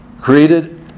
Created